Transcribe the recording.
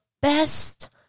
best